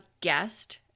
guest